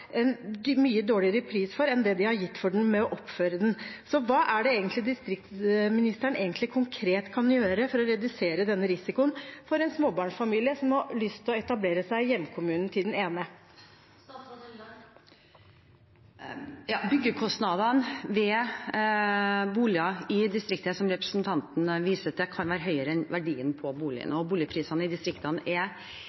en mye dårligere pris for enn det de har gitt for den med å oppføre den. Så hva er det egentlig distriktsministeren konkret kan gjøre for å redusere denne risikoen for en småbarnsfamilie som har lyst til å etablere seg i hjemkommunen til den ene? Byggekostnadene ved boliger i distriktene, som representanten viste til, kan være høyere enn verdien på